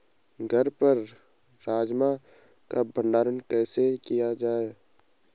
घर पर राजमा का भण्डारण कैसे किया जाय?